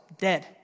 dead